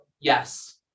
Yes